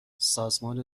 سازمان